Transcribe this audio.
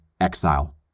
exile